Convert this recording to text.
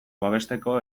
babesteko